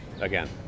again